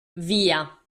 via